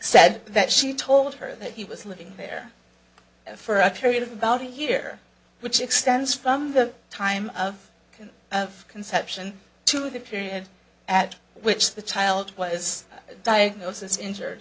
said that she told her that he was living there for a period of about a year which extends from the time of conception to the period at which the child was diagnosed as injured